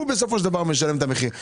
הוא זה שבסופו של דבר משלם את המחיר.